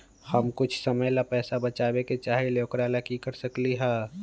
हम कुछ समय ला पैसा बचाबे के चाहईले ओकरा ला की कर सकली ह?